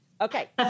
Okay